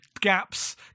gaps